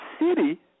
city